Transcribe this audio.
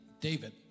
David